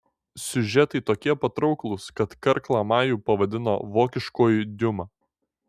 siužetai tokie patrauklūs kad karlą majų pavadino vokiškuoju diuma